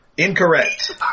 Incorrect